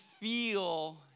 feel